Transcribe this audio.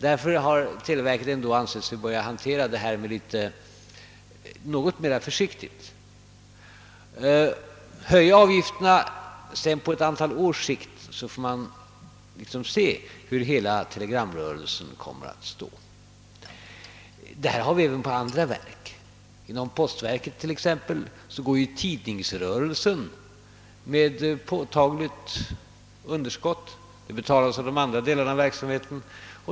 Därför har televerket ansett sig böra hantera detta problem försiktigt och höja avgifterna successivt under ett antal år för att på det sättet få en uppfattning om hur det slår ut. Detta problem finns också inom andra verk. Inom postverket t.ex. går tidningsrörelsen med påtagligt underskott, vilket betalas av andra delar av verksamheten.